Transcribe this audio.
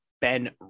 Ben